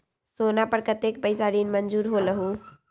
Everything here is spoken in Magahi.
सोना पर कतेक पैसा ऋण मंजूर होलहु?